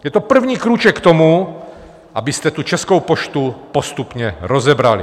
Je to první krůček k tomu, abyste Českou poštu postupně rozebrali.